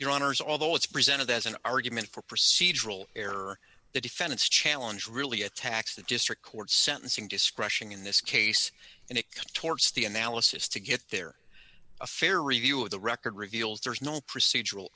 your honour's although it's presented as an argument for procedural error the defendant's challenge really attacks the district court sentencing discretion in this case and it torts the analysis to get there a fair review of the record reveals there's no procedural